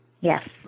Yes